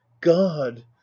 god